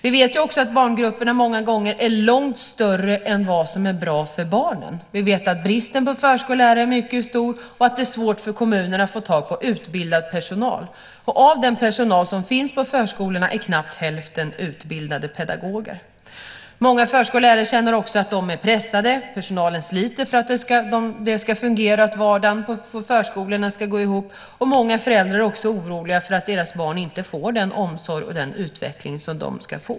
Vi vet också att barngrupperna många gånger är långt större än vad som är bra för barnen. Vi vet att bristen på förskollärare är mycket stor och att det är svårt för kommunerna att få tag på utbildad personal. Av den personal som finns på förskolorna är knappt hälften utbildade pedagoger. Många förskollärare känner också att de är pressade. Personalen sliter för att det ska fungera, för att vardagen på förskolorna ska gå ihop. Många föräldrar är oroliga för att deras barn inte får den omsorg och den utveckling som de ska ha.